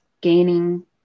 gaining